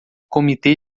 comitê